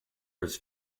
was